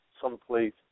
someplace